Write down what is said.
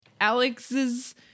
Alex's